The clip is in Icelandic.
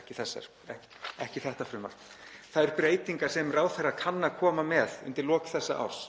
ekki þetta frumvarp heldur þær breytingar sem ráðherra kann að koma með undir lok þessa árs,